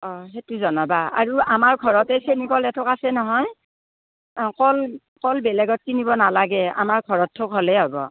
অ সেইটো জনাবা আৰু আমাৰ ঘৰতে চেনীকল এঠোক আছে নহয় অ কল কল বেলেগত কিনিব নালাগে আমাৰ ঘৰৰ ঠোক হ'লেই হ'ব